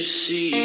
see